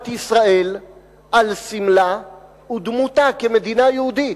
ישראל על סמלה ודמותה כמדינה יהודית.